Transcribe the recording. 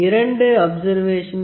இரண்டு அப்சர்வேசனின் வித்தியாசம் 0